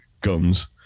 guns